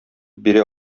бирә